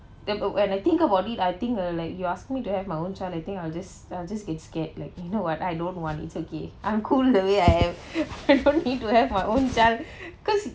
then when I think about it I think like you ask me to have my own child I think I'll just I'll just get scared like you know what I don't want it's okay I'm cool the way I am I don't need to have my own child cause